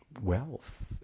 wealth